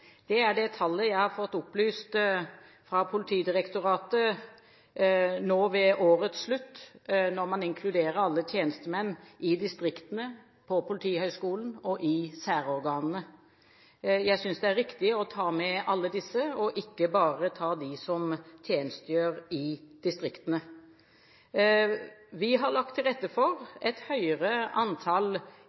Det er det tallet jeg har fått opplyst fra Politidirektoratet ved årets slutt, når man inkluderer alle tjenestemenn i distriktene, på Politihøgskolen og i særorganene. Jeg synes det er riktig å ta med alle disse, og ikke bare ta med dem som tjenestegjør i distriktene. Vi har lagt til rette for et høyere antall